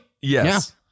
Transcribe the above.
yes